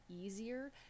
easier